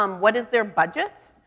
um what is their budget?